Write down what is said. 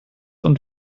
und